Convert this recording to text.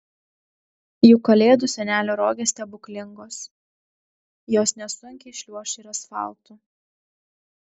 juk kalėdų senelio rogės stebuklingos jos nesunkiai šliuoš ir asfaltu